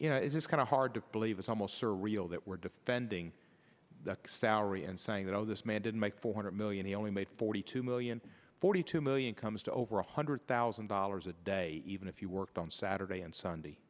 you know it's kind of hard to believe it's almost surreal that we're defending that story and saying that oh this man didn't make four hundred million he only made forty two million forty two million comes to over one hundred thousand dollars a day even if you worked on saturday and sunday